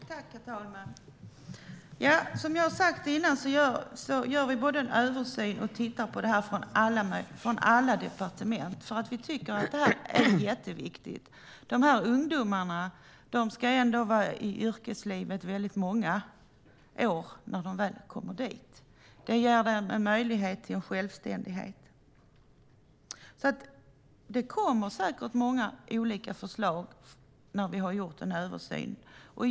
Herr talman! Som jag har sagt innan gör vi både en översyn och tittar på det här från alla departement, för vi tycker att det här är jätteviktigt. De här ungdomarna ska vara i yrkeslivet många år när de väl kommer dit. Det ger dem en möjlighet till självständighet. Det kommer säkert många olika förslag när vi har gjort en översyn.